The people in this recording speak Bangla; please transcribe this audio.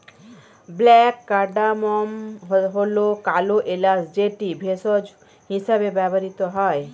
ব্ল্যাক কার্ডামম্ হল কালো এলাচ যেটি ভেষজ হিসেবে ব্যবহৃত হয়